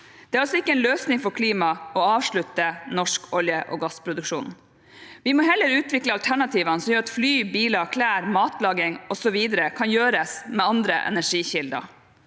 Det er altså ikke en løsning for klimaet å avslutte norsk olje- og gassproduksjon. Vi må heller utvikle alternativene som gjør at fly, biler, klær, matlaging osv. kan gjøres med andre energikilder.